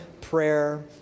prayer